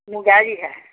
মুগা ৰিহা